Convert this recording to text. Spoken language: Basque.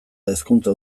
hezkuntza